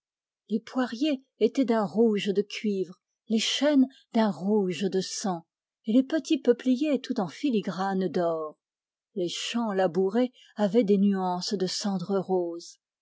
les poiriers étaient d'un rouge de cuivre les chênes d'un rouge de sang et les petits peupliers tout en filigrane d'or les champs labourés avaient des nuances de cendre rose